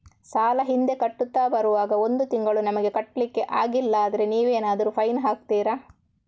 ಸಾಲ ಹಿಂದೆ ಕಟ್ಟುತ್ತಾ ಬರುವಾಗ ಒಂದು ತಿಂಗಳು ನಮಗೆ ಕಟ್ಲಿಕ್ಕೆ ಅಗ್ಲಿಲ್ಲಾದ್ರೆ ನೀವೇನಾದರೂ ಫೈನ್ ಹಾಕ್ತೀರಾ?